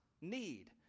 need